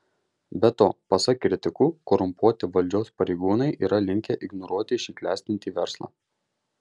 be to pasak kritikų korumpuoti valdžios pareigūnai yra linkę ignoruoti šį klestintį verslą